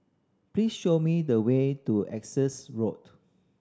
please show me the way to Essex Road